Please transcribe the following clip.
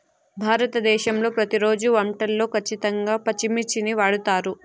భారతదేశంలో ప్రతిరోజు వంటల్లో ఖచ్చితంగా పచ్చిమిర్చిని వాడుతారు